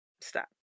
Stop